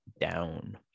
down